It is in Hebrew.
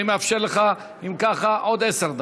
אני מאפשר לך אם ככה עוד עשר דקות.